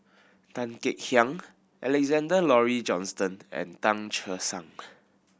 Tan Kek Hiang Alexander Laurie Johnston and Tan Che Sang